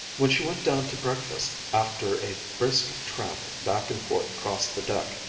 when she went down to breakfast, after a brisk tramp back and forth across the deck,